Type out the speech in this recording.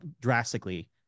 drastically